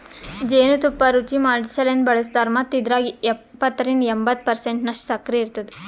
ಜೇನು ತುಪ್ಪ ರುಚಿಮಾಡಸಲೆಂದ್ ಬಳಸ್ತಾರ್ ಮತ್ತ ಇದ್ರಾಗ ಎಪ್ಪತ್ತರಿಂದ ಎಂಬತ್ತು ಪರ್ಸೆಂಟನಷ್ಟು ಸಕ್ಕರಿ ಇರ್ತುದ